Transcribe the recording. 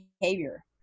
behavior